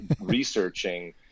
researching